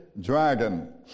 dragon